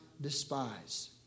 despise